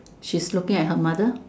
she's looking at her mother